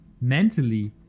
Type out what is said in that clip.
mentally